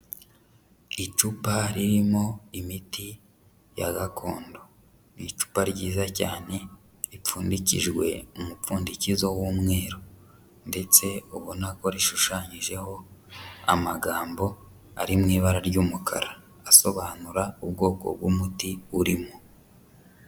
Icupa ririmo imiti ya gakondo. Ni icupa ryiza cyane ripfundikijwe umupfundikizo w'umweru ndetse ubona ko rishushanyijeho amagambo ari mu ibara ry'umukara asobanura ubwoko bw'umuti urimo.